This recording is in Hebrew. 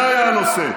זה היה הנושא.